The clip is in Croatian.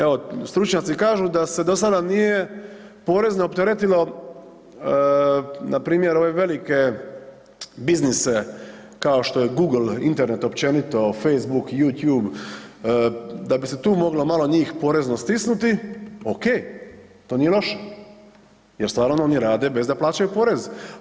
Evo, stručnjaci kažu da se dosada nije porezno opteretilo npr. ove velike biznise kao što je Google, Internet općenito, Facebook, Youtube, da bi se tu moglo malo njih porezno stisnuti, okej to nije loše jer stvarno oni rade bez da plaćaju porez.